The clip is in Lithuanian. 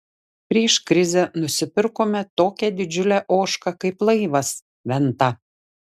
prieš krizę nusipirkome tokią didžiulę ožką kaip laivas venta